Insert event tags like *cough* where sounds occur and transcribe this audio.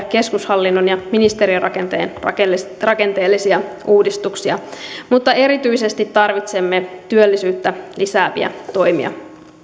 *unintelligible* keskushallinnon ja ministeriörakenteen rakenteellisia uudistuksia mutta erityisesti tarvitsemme työllisyyttä lisääviä toimia